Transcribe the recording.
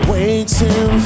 Waiting